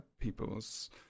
people's